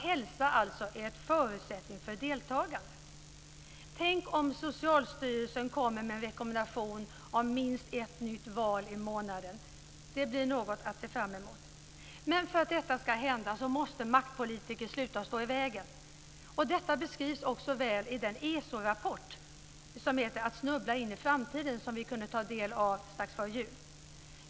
Hälsa förutsätter alltså deltagande. Tänk om Socialstyrelsen kommer med en rekommendation om minst ett nytt val i månaden! Det blir något att se fram emot. Men för att detta ska hända måste maktpolitiker sluta stå i vägen. Detta beskrivs också väl i den ESO-rapport, Att snubbla in i framtiden, som vi kunde ta del av strax före jul.